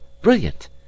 brilliant